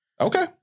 okay